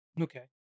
Okay